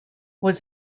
was